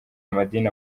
amadini